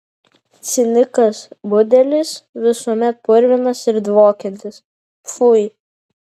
cinikas budelis visuomet purvinas ir dvokiantis pfui